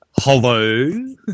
Hello